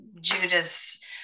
Judas